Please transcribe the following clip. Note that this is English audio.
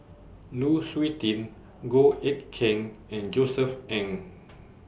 Lu Suitin Goh Eck Kheng and Josef Ng